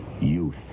Youth